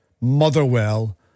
Motherwell